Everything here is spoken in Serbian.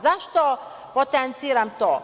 Zašto potenciram to?